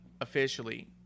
officially